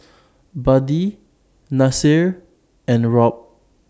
Buddy Nasir and Robt